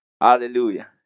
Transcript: hallelujah